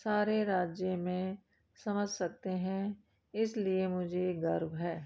सारे राज्य में समझ सकते हैं इसलिए मुझे गर्व है